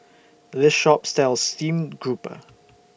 This Shop sells Steamed Grouper